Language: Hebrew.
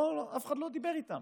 אף אחד לא דיבר איתם,